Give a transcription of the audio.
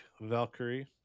Valkyrie